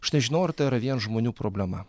aš nežinau ar tai yra vien žmonių problema